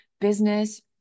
business